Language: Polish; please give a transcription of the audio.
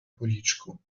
policzku